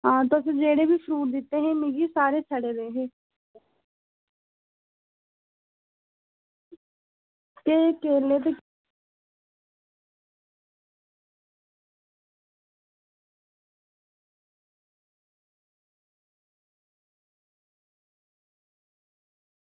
तुसें जेह्ड़े बी फ्रूट दित्ते हे मिगी सारे सड़े दे हे ते केले